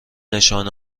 نشانه